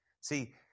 See